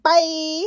Bye